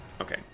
Okay